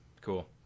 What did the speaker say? cool